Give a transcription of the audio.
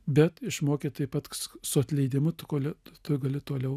bet išmokė taip pat su atleidimu kol tu gali toliau